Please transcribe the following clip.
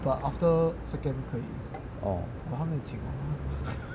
oh